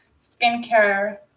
skincare